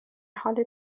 حال